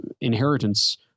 inheritance